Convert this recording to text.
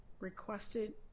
requested